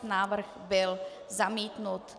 Návrh byl zamítnut.